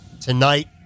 tonight